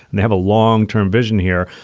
they have a long term vision here.